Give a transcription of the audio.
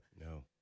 No